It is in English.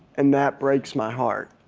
and that breaks my heart.